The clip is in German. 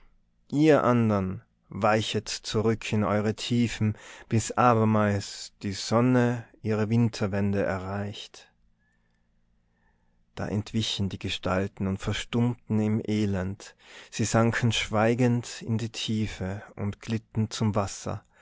ihr andern weichet zurück in eure tiefen bis abermals die sonne ihre winterwende erreicht da entwichen die gestalten und verstummten im elend sie sanken schweigend in die tiefe und glitten zum wasser